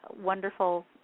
wonderful